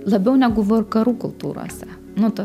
labiau negu vakarų kultūrose nuo to